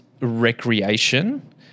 recreation